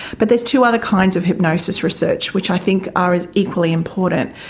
but there's two other kinds of hypnosis research which i think are equally important.